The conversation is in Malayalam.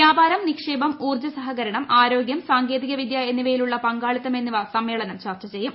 വ്യാപാരം നിക്ഷേപം ഊർജ സഹകരണം ആരോഗ്യം സാങ്കേതികവിദ്യ എന്നിവയിലുള്ള പങ്കാളിത്തം എന്നിവ സമ്മേളനം ചർച്ച ചെയ്യും